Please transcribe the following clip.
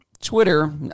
Twitter